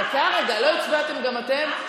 לא הצבעתם גם אתם?